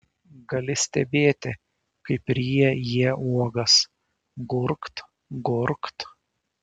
gali stebėti kaip ryja jie uogas gurkt gurkt